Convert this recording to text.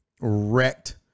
wrecked